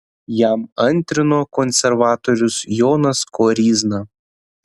jam antrino konservatorius jonas koryzna